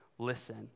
Listen